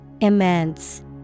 Immense